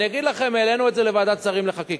אני אגיד לכם, העלינו את זה לוועדת השרים לחקיקה,